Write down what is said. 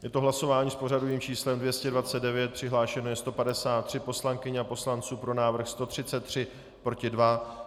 Je to hlasování s pořadovým číslem 229, přihlášeno je 153 poslankyň a poslanců, pro návrh 133, proti 2.